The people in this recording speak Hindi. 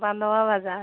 बंधवा बाज़ार